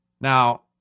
Now